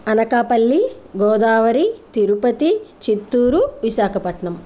Anakapalli Godavari Tirupati Chittoor Visakhapatnam